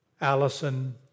Allison